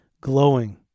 glowing